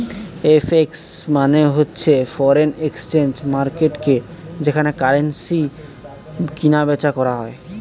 FX মানে হচ্ছে foreign exchange মার্কেটকে যেখানে কারেন্সি কিনা বেচা করা হয়